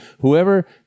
Whoever